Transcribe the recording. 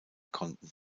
konnten